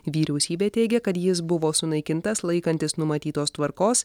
vyriausybė teigia kad jis buvo sunaikintas laikantis numatytos tvarkos